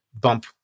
bump